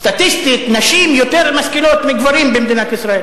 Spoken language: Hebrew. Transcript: סטטיסטית נשים יותר משכילות מגברים במדינת ישראל,